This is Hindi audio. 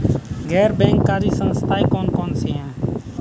गैर बैंककारी संस्थाएँ कौन कौन सी हैं?